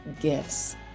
gifts